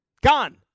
Gone